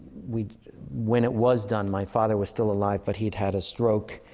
we when it was done, my father was still alive, but he'd had a stroke,